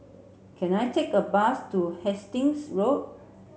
can I take a bus to Hastings Road